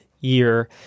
year